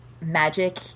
magic